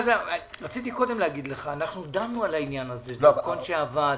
דנו על העניין הזה, על דרכון שאבד,